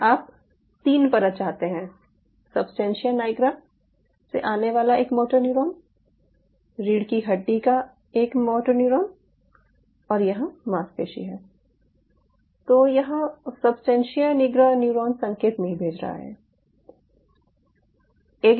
और आप 3 परत चाहते हैं सबस्टेंशिया निग्रा से आने वाला एक मोटर न्यूरॉन रीढ़ की हड्डी का एक मोटर न्यूरॉन और यहाँ मांसपेशी है तो यहाँ सबस्टेंशिया निग्रा न्यूरॉन संकेत नहीं भेज रहा है